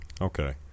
Okay